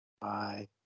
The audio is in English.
Bye